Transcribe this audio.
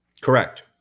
correct